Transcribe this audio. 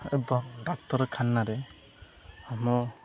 ଏବଂ ଡାକ୍ତରଖାନାରେ ଆମ